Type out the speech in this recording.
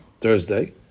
Thursday